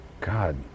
God